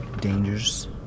Dangers